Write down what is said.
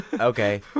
okay